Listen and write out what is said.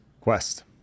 Quest